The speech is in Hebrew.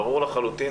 ברור לחלוטין